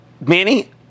Manny